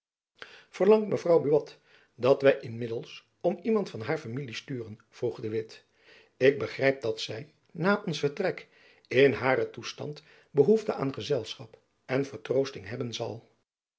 verlangt mevrouw buat dat wy inmiddels om iemand van haar familie sturen vroeg de witt ik begrijp dat zy na ons vertrek en in haren toestand behoefte aan gezelschap en vertroosting hebben zal